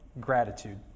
gratitude